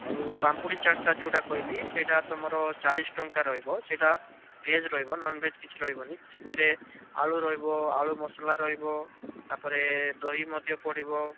ଆଉ ପାମ୍ପୁଡ଼ି ଚାଟ୍ଟା ଯେଉଁଟା କହିଲି ସେଇଟା ତମର ଚାଳିଶି ଟଙ୍କା ରହିବ ସେଇଟା ଭେଜ୍ ରହିବ ନନ୍ଭେଜ୍ କିଛି ରହିବନି ସେଥିରେ ଆଳୁ ରହିବ ଆଳୁ ମସଲା ରହିବ ତାପରେ ଦହି ମଝିରେ ପଡ଼ିବ